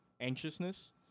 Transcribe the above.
anxiousness